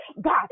God